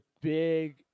big